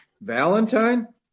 Valentine